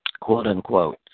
quote-unquote